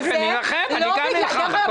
גם אני אלחם.